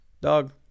Dog